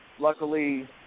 Luckily